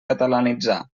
catalanitzar